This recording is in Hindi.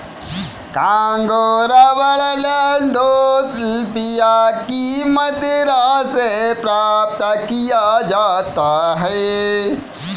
कांगो रबर लैंडोल्फिया की मदिरा से प्राप्त किया जाता है